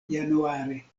januare